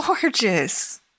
gorgeous